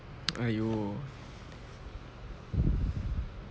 !aiyo!